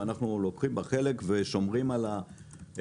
ואנחנו לוקחים בה חלק ושומרים על המרכיב